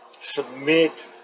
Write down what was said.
Submit